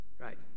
Right